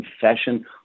confession